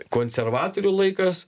konservatorių laikas